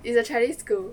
is a chinese school